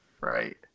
Right